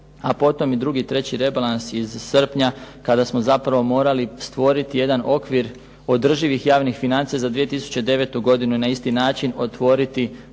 a potom i drugi i treći rebalans iz srpnja, kada smo zapravo morali stvoriti jedan okvir održivih javnih financija za 2009. godinu i na isti način otvoriti